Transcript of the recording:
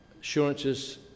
Assurance's